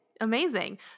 Amazing